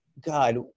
God